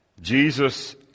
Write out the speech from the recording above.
Jesus